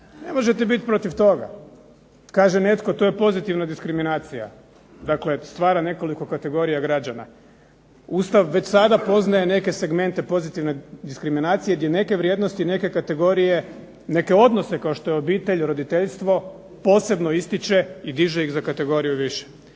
Ne možete biti protiv toga. Kaže netko, to je pozitivna diskriminacija, dakle stvara nekoliko kategorija građana. Ustav već sada poznaje neke segmente pozitivne diskriminacije gdje neke vrijednosti, neke kategorije, neke odnose kao što je obitelj, roditeljstvo posebno ističe i diže ih za kategoriju više.